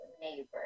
neighbor